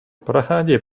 проходи